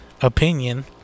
opinion